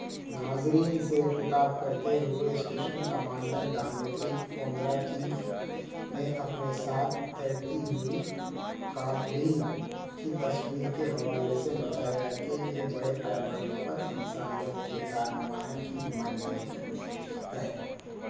ناظرین سے خطاب کرتے ہوئے اسٹیشن کمانڈر دامیتری کونگراتیف نے اپنے ساتھ تیرتی ہوئی کاگرین کی تصویر کے حوالے سے بتایا کہ یہ بڑے پیمانے پر انسانیت کے کار نمایاں کی نمائندگی کرتی ہے